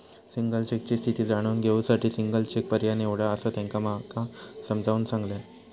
single चेकची स्थिती जाणून घेऊ साठी सिंगल चेक पर्याय निवडा, असा त्यांना माका समजाऊन सांगल्यान